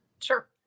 sure